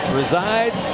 reside